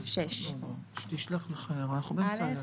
6. א.